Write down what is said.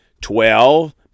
Twelve